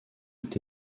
est